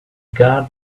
guard